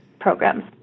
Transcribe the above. programs